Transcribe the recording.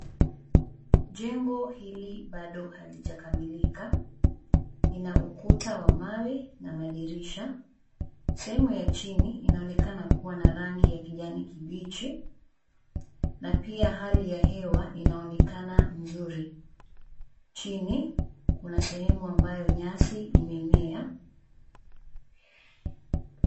Jengo hili bado halijakamilika. Lina ukuta wa mawe na madirisha. Sehemu ya chini inaonekana kuwa na rangi ya kijani kibichi, na pia hali ya anga inaonekana kuwa nzuri. Chini, kuna sehemu ambayo nyasi imemea.